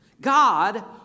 god